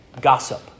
gossip